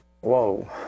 whoa